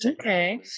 Okay